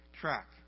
track